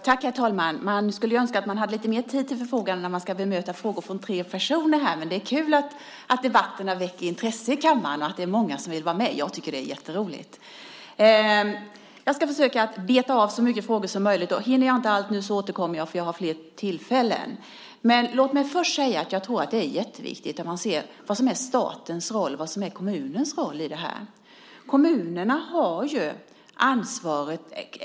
Herr talman! Jag skulle önska att jag hade lite mer tid till förfogande när jag ska bemöta frågor från tre personer, men det är kul att debatterna väcker intresse i kammaren och att många vill vara med. Det är jätteroligt! Jag ska försöka beta av så många frågor som möjligt, och om jag inte hinner med alla återkommer jag eftersom jag har flera tillfällen. Låt mig först säga att jag tror att det är jätteviktigt att se vad som är statens roll och vad som är kommunernas roll.